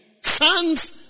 Sons